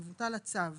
יבוטל הצו.